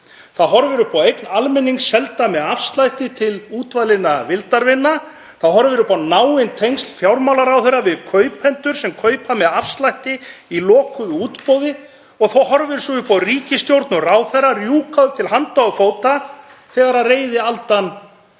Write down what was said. Það horfir upp á eign almennings selda með afslætti til útvalinna vildarvina. Það horfir upp á náin tengsl fjármálaráðherra við kaupendur sem kaupa með afslætti í lokuðu útboði og horfir svo upp á ríkisstjórn og ráðherra að rjúka upp til handa og fóta þegar reiðialdan